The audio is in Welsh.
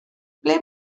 ble